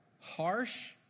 harsh